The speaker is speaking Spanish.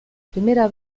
primera